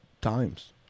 times